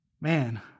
Man